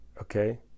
Okay